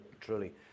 truly